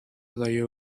only